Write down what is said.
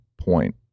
point